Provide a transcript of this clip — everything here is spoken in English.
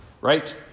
right